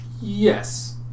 Yes